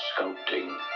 sculpting